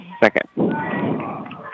second